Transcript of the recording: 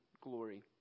glory